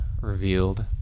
revealed